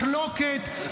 מחלוקת,